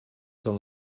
són